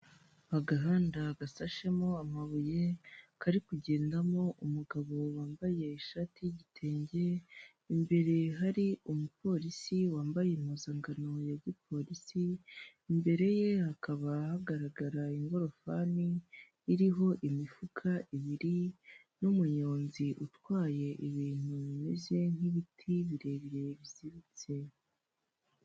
Agahanda gashashemo amabuye, kari kugendamo umugabo wambaye ishati y'igitenge, imbere hari umupolisi wambaye impuzangano ya gipolisi, imbere ye hakaba hagaragara ingorofani iriho imifuka ibiri, n'umuyonzi utwaye ibintu bimeze nk'ibiti birebire biziritse.